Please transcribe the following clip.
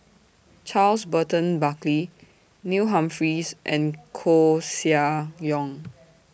Charles Burton Buckley Neil Humphreys and Koeh Sia Yong